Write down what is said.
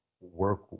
work